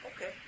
Okay